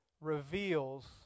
reveals